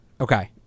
Okay